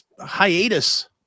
hiatus